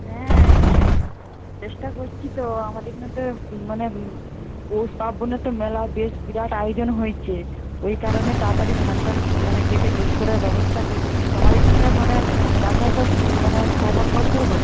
হ্যাঁ চেষ্টা করছি তো আমাদের এখানে তো মানে পৌষ পার্বনে তো মেলা বেশ বিরাট আয়োজন হয়েচে ওই কারণে তাড়াতাড়ি ধান টান মানে কেটে গোছ করার ব্যবস্থা করছি তোমাদের এখানের মানে চাষবাস সব মানে খবর কদ্দূর গো